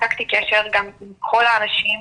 ניתקתי קשר מכל האנשים,